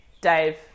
Dave